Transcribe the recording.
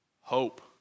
Hope